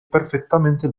perfettamente